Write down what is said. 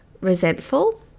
resentful